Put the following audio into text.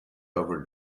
over